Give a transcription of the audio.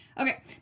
Okay